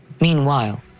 meanwhile